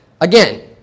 again